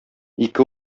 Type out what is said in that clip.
ике